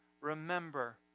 Remember